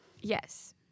Yes